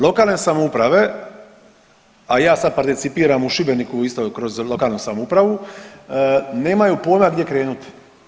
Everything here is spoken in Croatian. Lokalne samouprave, a ja sad participiram u Šibeniku isto kroz lokalnu samoupravu nemaju pojma gdje krenuti.